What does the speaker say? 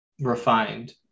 refined